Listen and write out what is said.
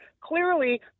clearly